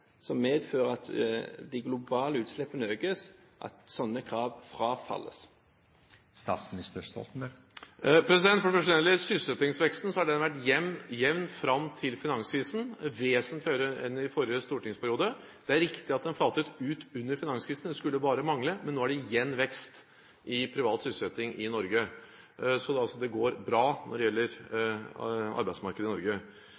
som medfører at de globale utslippene økes, frafalles. For det første: Når det gjelder sysselsettingsveksten, så har den vært jevn fram til finanskrisen – vesentlig høyere enn i forrige stortingsperiode. Det er riktig at den flatet ut under finanskrisen – det skulle bare mangle – men nå er det igjen vekst i privat sysselsetting i Norge. Så det går bra når det gjelder arbeidsmarkedet i Norge.